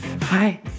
Hi